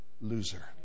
loser